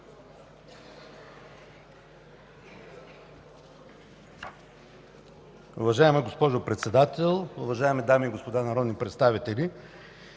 уважаеми господин Председател. Уважаеми дами и господа народни представители!